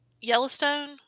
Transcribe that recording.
Yellowstone